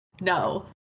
No